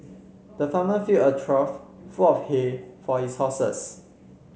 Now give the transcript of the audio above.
the farmer filled a trough full of hay for his horses